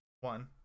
one